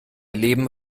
leben